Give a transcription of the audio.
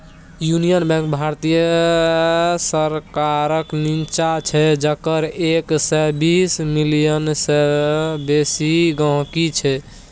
union Bank भारतीय सरकारक निच्चां छै जकर एक सय बीस मिलियन सय बेसी गांहिकी छै